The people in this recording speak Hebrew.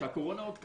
שהקורונה עוד כאן,